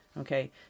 Okay